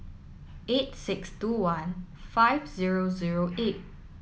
eight six two one five zero zero eight